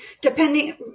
depending